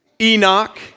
Enoch